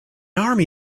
army